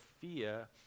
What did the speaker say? fear